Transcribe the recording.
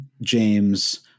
James